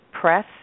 press